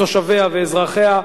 תושביה ואזרחיה),